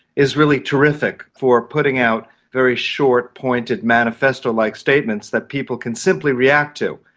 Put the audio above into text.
is really terrific for putting out very short, pointed manifesto-like statements that people can simply react to.